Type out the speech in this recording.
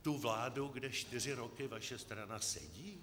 Tu vládu, kde čtyři roky vaše strana sedí?